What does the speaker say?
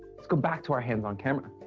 let's go back to our hands-on camera.